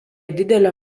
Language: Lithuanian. didelio